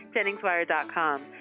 JenningsWire.com